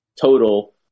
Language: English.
total